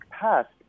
past